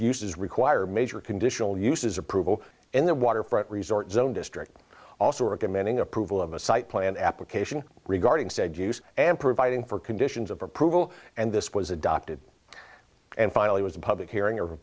uses require major conditional uses approval in the waterfront resort zone district also recommending approval of a site plan application regarding said use and providing for conditions of approval and this was adopted and finally was a public hearing o